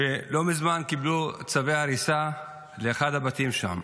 ולא מזמן הם קיבלו צווי הריסה לאחד הבתים שם.